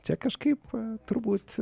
čia kažkaip turbūt